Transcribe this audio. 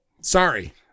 Sorry